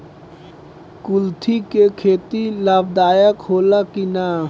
कुलथी के खेती लाभदायक होला कि न?